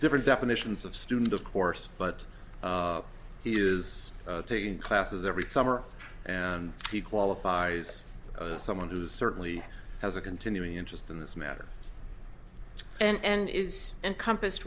different definitions of student of course but he is taking classes every summer and he qualifies someone who certainly has a continuing interest in this matter and is encompass